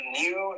new